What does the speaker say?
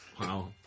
Wow